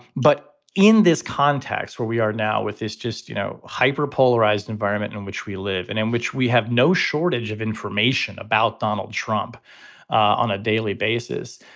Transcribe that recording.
but in this context, where we are now with this just, you know, hyperpolarized environment in which we live and in which we have no shortage of information information about donald trump on a daily basis,